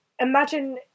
imagine